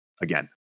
Again